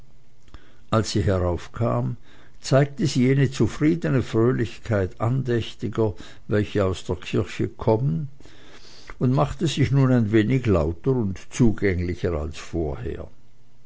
als sie heraufkam zeigte sie jene zufriedene fröhlichkeit andächtiger welche aus der kirche kommen und machte sich nun ein wenig lauter und zugänglicher als vorher